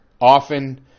often